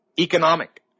economic